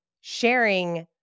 sharing